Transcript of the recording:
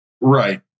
Right